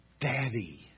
Daddy